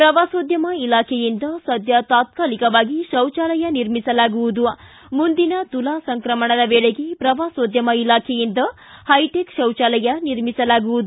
ಪ್ರವಾಸೋದ್ಯಮ ಇಲಾಖೆಯಿಂದ ಸದ್ಯ ತಾತ್ಕಾಲಿಕ ಶೌಚಾಲಯ ನಿರ್ಮಿಸಲಾಗುವುದು ಮುಂದಿನ ತುಲಾ ಸಂಕ್ರಮಣದ ವೇಳೆಗೆ ಪ್ರವಾಸೋದ್ಯಮ ಇಲಾಖೆಯಿಂದ ಹೈಟೆಕ್ ಶೌಚಾಲಯ ನಿರ್ಮಿಸಲಾಗುವುದು